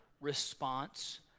response